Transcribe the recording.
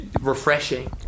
refreshing